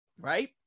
right